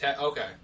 Okay